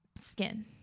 skin